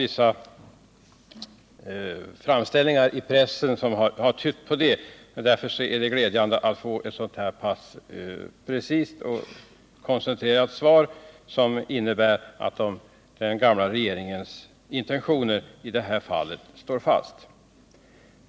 Vissa framställningar som gjorts i pressen har tytt på det, och det är därför glädjande att få ett så preciserat och koncentrerat svar som innebär att den förra regeringens intentioner i detta fall står fast.